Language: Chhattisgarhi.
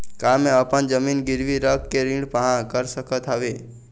का मैं अपन जमीन गिरवी रख के ऋण पाहां कर सकत हावे?